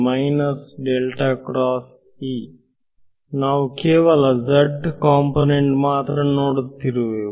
ಮತ್ತು ನಾವು ಕೇವಲ z ಕಾಂಪೊನೆಂಟ್ ಮಾತ್ರ ನೋಡುತ್ತಿರುವೇವು